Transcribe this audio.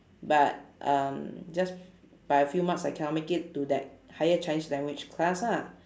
but um just by a few marks I cannot make it to that higher chinese language class ah